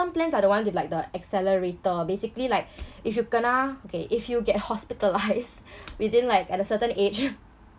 plans are the ones with like the accelerator basically like if you kena okay if you get hospitalised within like at a certain age